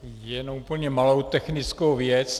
Jenom úplně malou technickou věc.